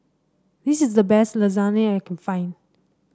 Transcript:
this is the best Lasagna that I can find